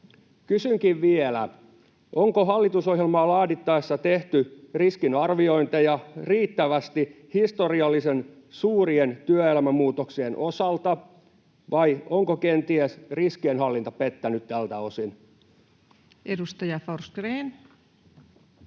Kysynkin vielä, onko hallitusohjelmaa laadittaessa tehty riittävästi riskiarviointeja historiallisen suurien työelämämuutoksien osalta, vai onko kenties riskienhallinta pettänyt tältä osin. Edustaja Forsgrén.